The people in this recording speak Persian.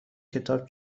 کتاب